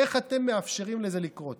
איך אתם מאפשרים לזה לקרות?